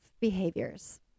behaviors